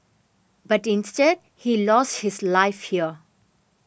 but instead he lost his life here